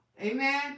Amen